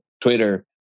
Twitter